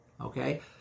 Okay